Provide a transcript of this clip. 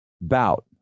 bout